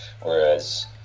Whereas